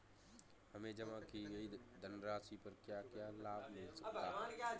हमें जमा की गई धनराशि पर क्या क्या लाभ मिल सकता है?